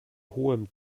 hohem